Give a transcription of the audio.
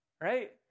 Right